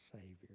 Savior